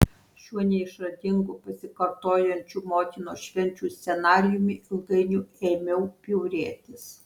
šiuo neišradingu pasikartojančių motinos švenčių scenarijumi ilgainiui ėmiau bjaurėtis